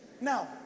Now